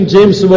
James